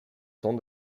temps